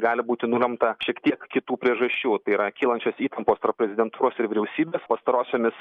gali būti nulemta šiek tiek kitų priežasčių tai yra kylančios įtampos tarp prezidentūros ir vyriausybės pastarosiomis